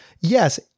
yes